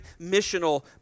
missional